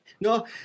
No